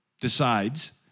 decides